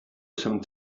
some